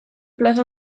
plaza